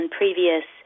previous